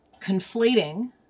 conflating